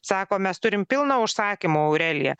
sako mes turim pilna užsakymų aurelija